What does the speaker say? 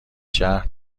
شهر